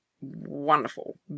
wonderful